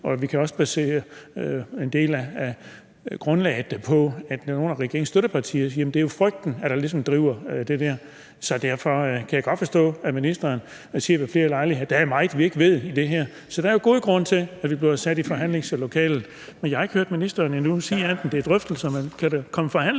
op. Vi kan også basere en del af grundlaget på det, som nogle af regeringens støttepartier siger: at det er frygten, der ligesom driver det. Så derfor kan jeg godt forstå, at ministeren ved flere lejligheder siger, at der er meget, vi ikke ved, i forbindelse med det her. Så der er jo god grund til, at vi bliver sat i forhandlingslokalet, men jeg har endnu ikke hørt ministeren nævne andet end drøftelser. Kan der komme forhandlinger?